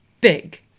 big